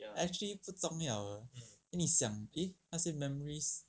actually 不重要你想 eh 那些 memories